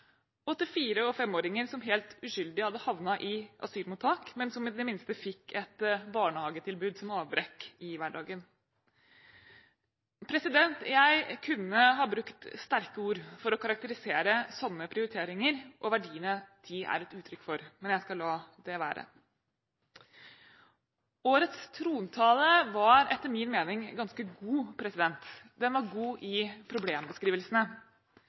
og til fire- og femåringer som helt uskyldig hadde havnet i asylmottak, men som i det minste fikk et barnehagetilbud som avbrekk i hverdagen. Jeg kunne ha brukt sterke ord for å karakterisere slike prioriteringer og verdiene de er et uttrykk for, men jeg skal la det være. Årets trontale var etter min mening ganske god. Den var god i problembeskrivelsene.